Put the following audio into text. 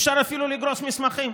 אפשר אפילו לגרוס מסמכים.